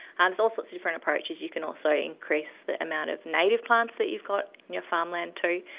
ah there's all sorts of different approaches, you can also increase the amount of native plants that you've got in your farmland too.